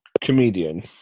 comedian